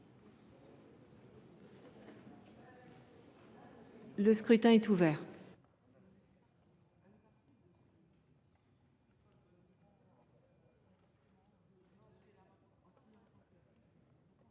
Le scrutin est ouvert.